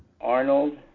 Arnold